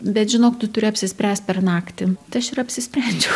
bet žinok tu turi apsispręst per naktį tai aš ir apsisprendžiau